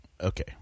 Okay